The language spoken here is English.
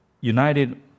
united